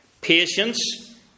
patience